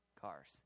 cars